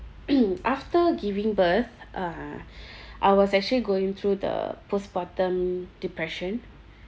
after giving birth uh I was actually going through the postpartum depression